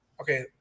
Okay